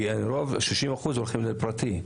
כי הרוב, 60% הולכים לפרטי.